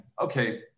okay